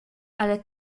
ale